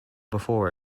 before